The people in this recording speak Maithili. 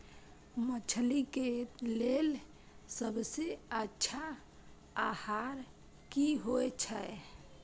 मछली के लेल सबसे अच्छा आहार की होय छै?